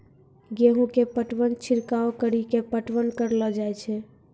गेहूँ के पटवन छिड़काव कड़ी के पटवन करलो जाय?